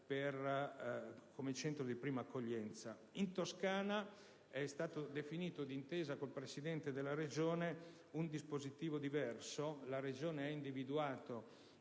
(come centro di prima accoglienza). In Toscana è stato definito, d'intesa con il Presidente della Regione, un dispositivo diverso. La Regione ha individuato,